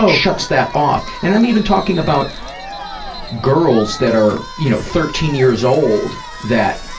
shuts that off. and i'm even talking about girls that are, you know, thirteen years old that,